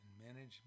management